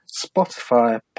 spotify